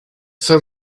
thin